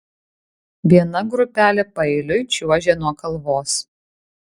viena grupelė paeiliui čiuožė nuo kalvos